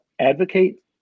advocate